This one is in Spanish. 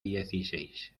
dieciséis